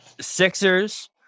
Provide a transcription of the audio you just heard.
Sixers